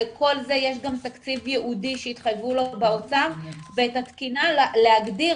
לכל זה יש גם תקציב ייעודי שהתחייבו לו באוצר ואת התקינה להגדיר